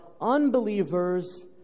unbelievers